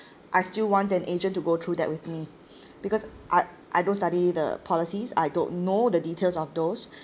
I still want an agent to go through that with me because I I don't study the policies I don't know the details of those